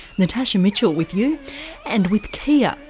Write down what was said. natasha mitchell with you and with kia,